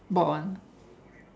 brought one